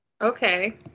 Okay